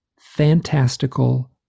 fantastical